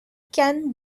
can